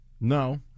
no